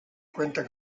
cuenta